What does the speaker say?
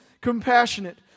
compassionate